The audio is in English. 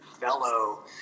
fellow